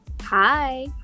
Hi